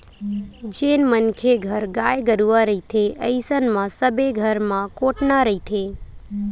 जेन मनखे मन घर गाय गरुवा रहिथे अइसन म सबे घर म कोटना रहिथे